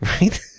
Right